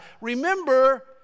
Remember